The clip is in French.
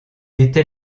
était